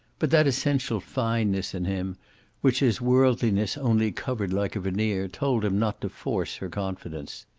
but that essential fineness in him which his worldliness only covered like a veneer told him not to force her confidence.